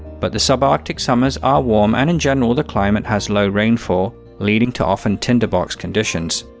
but the subarctic summers are warm and in general the climate has low rainfall, leading to often tinderbox conditions.